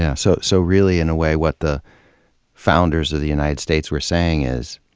yeah so. so really, in a way, what the founders of the united states were saying is,